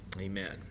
Amen